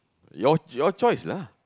your your choice lah